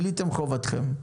מילאתם חובתכם.